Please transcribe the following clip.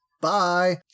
bye